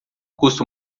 custa